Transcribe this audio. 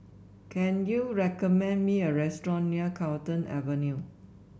can you recommend me a restaurant near Carlton Avenue